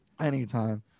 anytime